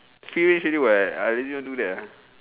finish already [what] I legit do that